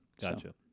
Gotcha